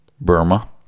Burma